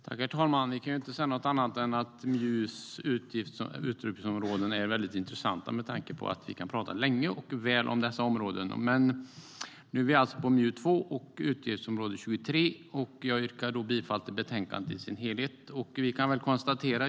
STYLEREF Kantrubrik \* MERGEFORMAT Areella näringar, landsbygd och livsmedelHerr talman! Vi kan inte säga annat än att MJU:s utgiftsområden är väldigt intressanta med tanke på att vi kan prata länge och väl om dessa områden. Nu behandlar vi alltså MJU2 och utgiftsområde 23. Jag yrkar bifall till utskottets förslag i betänkandet.